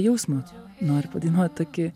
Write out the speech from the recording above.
jausmą nori padainuot tokį